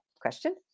question